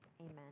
amen